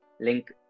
link